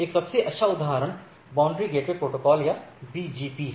एक सबसे अच्छा उदाहरण बाउंड्री गेटवे प्रोटोकॉल या BGP है